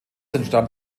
entstand